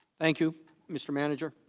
thank you mr. manager